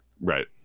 right